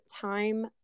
time